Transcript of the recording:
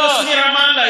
רק מה שיגיד הבוס מרמאללה,